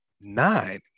nine